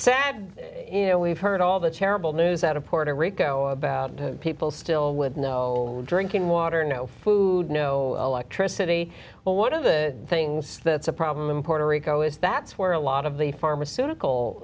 know we've heard all the terrible news out of puerto rico about people still would no drinking water no food no electricity well one of the things that's a problem in puerto rico is that's where a lot of the pharmaceutical